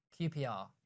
QPR